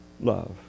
love